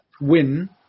win